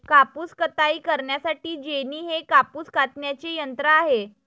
कापूस कताई करण्यासाठी जेनी हे कापूस कातण्याचे यंत्र आहे